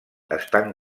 estan